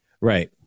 Right